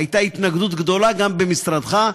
הייתה התנגדות גדולה גם במשרדך,